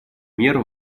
мер